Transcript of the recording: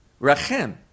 rachem